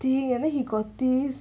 do you ever he continues